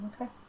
okay